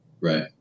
Right